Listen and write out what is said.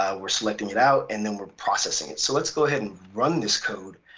um we're selecting it, out and then we're processing it. so let's go ahead and run this code.